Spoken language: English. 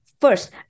first